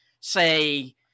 say